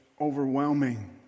overwhelming